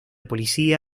policía